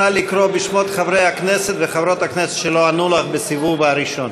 נא לקרוא בשמות חברי הכנסת וחברות הכנסת שלא ענו לך בסיבוב הראשון.